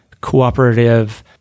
cooperative